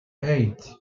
eight